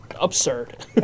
absurd